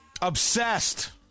Obsessed